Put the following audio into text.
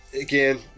Again